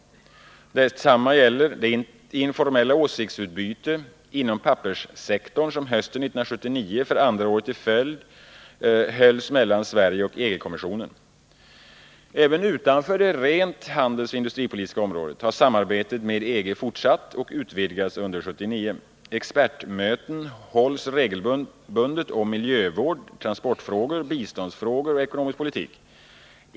Detsamma gäller det informella åsiktsutbyte inom papperssektorn som hösten 1979 för andra året i rad hölls mellan Sverige och EG-kommissionen. Även utanför det rent handelsoch industripolitiska området har samarbetet med EG fortsatt och utvidgats under 1979. Expertmöten hålls regelbundet om miljövård, transportfrågor, biståndsfrågor och ekonomisk politik.